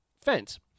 fence